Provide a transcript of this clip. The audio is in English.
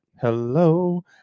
hello